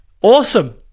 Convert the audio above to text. Awesome